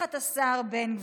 תחת השר בן גביר,